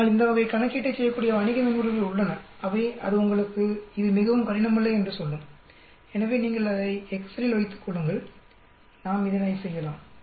ஆனால் இந்த வகை கணக்கீட்டைச் செய்யக்கூடிய வணிக மென்பொருள்கள் உள்ளன அவை அது உங்களுக்கு இது மிகவும் கடினம் அல்ல என்று சொல்லும் எனவே நீங்கள் அதை எக்செல்லில் வைத்துக் கொள்ளுங்கள் நாம் இதனை செய்யலாம்